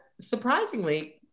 surprisingly